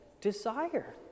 desire